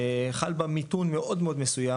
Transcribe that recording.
חל בה מיתון מאוד מאוד מסוים,